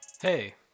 Hey